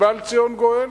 ובא לציון גואל.